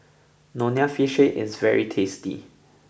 Nonya Fish Head is very tasty